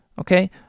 Okay